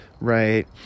right